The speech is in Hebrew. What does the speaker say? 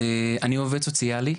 אני עובד סוציאלי,